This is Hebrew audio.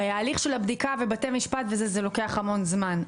הרי ההליך של הבדיקה ובתי המשפט לוקחים המון זמן,